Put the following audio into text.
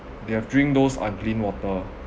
they have drink those unclean water